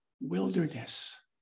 wilderness